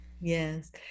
Yes